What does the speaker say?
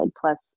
plus